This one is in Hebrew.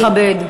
בואו נכבד.